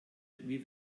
wie